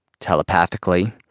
telepathically